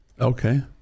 Okay